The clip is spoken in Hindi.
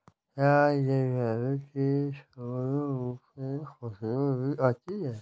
क्या जलकुंभी के फूलों से खुशबू भी आती है